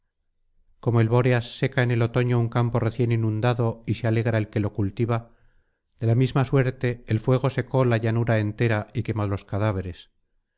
como el bóreas seca en el otoño un campo recién inundado y se alegra el que lo cultiva de la misma suerte el fuego secó la llanura entera y quemó los cadáveres